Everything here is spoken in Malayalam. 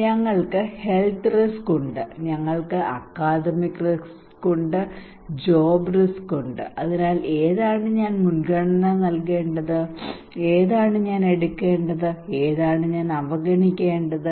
ഞങ്ങൾക്ക് ഹെൽത്ത് റിസ്ക് ഉണ്ട് ഞങ്ങൾക്ക് അക്കാദമിക് റിസ്ക് ഉണ്ട് ഞങ്ങൾക്ക് ജോബ് റിസ്ക് ഉണ്ട് അതിനാൽ ഏതാണ് ഞാൻ മുൻഗണന നൽകേണ്ടത് ഏതാണ് ഞാൻ എടുക്കേണ്ടത് ഏതാണ് ഞാൻ അവഗണിക്കേണ്ടത്